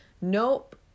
Nope